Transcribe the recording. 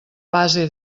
base